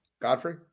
Godfrey